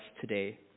today